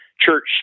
church